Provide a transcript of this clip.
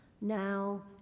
Now